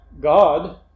God